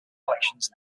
collections